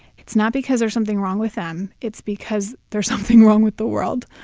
it's not because there's something wrong with them. it's because there's something wrong with the world.